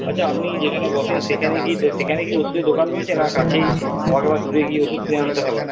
আচ্ছা আপনি যেখানে বসেন সেখানে কি সেখানেই কি ওষুধের দোকান রয়েছে না কাছেই আমাকে আবার দূরে গিয়ে ওষুধ কিনে আনতে হবে